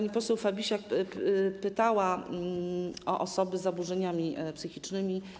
Pani poseł Fabisiak pytała o osoby z zaburzeniami psychicznymi.